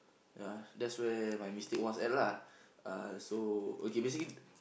ya that's where my mistake was at lah uh so okay basically